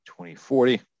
2040